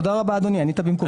תודה רבה, אדוני, ענית במקומי.